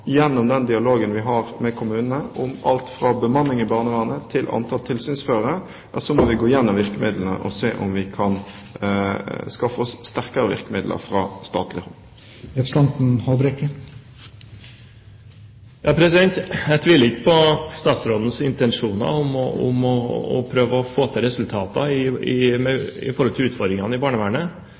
gjennom den dialogen vi har med kommunene om alt fra bemanning i barnevernet til antall tilsynsførere, må vi gå gjennom virkemidlene og se om vi kan skaffe oss sterkere virkemidler fra statlig hold. Jeg tviler ikke på statsrådens intensjoner om å prøve å få til resultater når det gjelder utfordringene i barnevernet, men det er bekymringsfullt når vi ser alvoret i